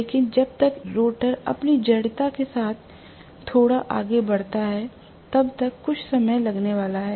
लेकिन जब तक रोटर अपनी जड़ता के कारण थोड़ा आगे बढ़ता है तब तक कुछ समय लगने वाला है